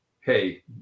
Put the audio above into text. hey